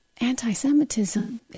Anti-Semitism